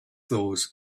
those